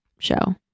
show